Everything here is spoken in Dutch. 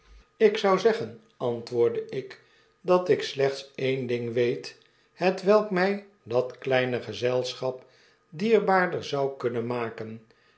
bezoek zou zeggen antwoordde ik dat ik slechts een ding weet hetwelk mij dat kleine gezelschap dierbaarder zou kunnen maken